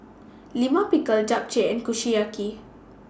Lima Pickle Japchae and Kushiyaki